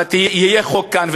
יהיה חוק כאן,